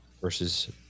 versus